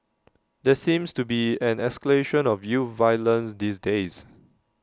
there seems to be an escalation of youth violence these days